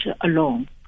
alone